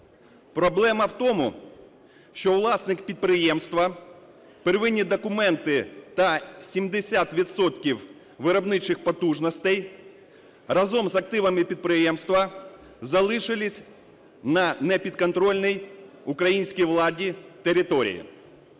Проблема в тому, що власник підприємства первинні документи та 70 відсотків виробничих потужностей разом з активами підприємства залишились на непідконтрольній українській владі території.